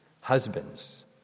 Husbands